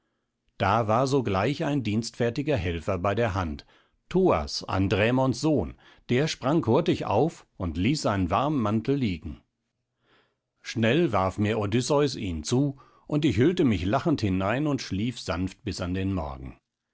da war sogleich ein dienstfertiger helfer bei der hand thoas andrämons sohn der sprang hurtig auf und ließ seinen warmen mantel liegen schnell warf mir odysseus ihn zu und ich hüllte mich lachend hinein und schlief sanft bis an den morgen